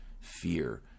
fear